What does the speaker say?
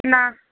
না